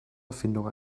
erfindung